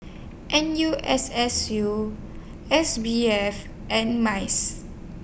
N U S S U S B F and Mice